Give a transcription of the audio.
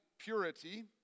purity